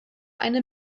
eine